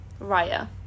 Raya